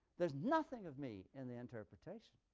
there's nothing of me in the interpretation.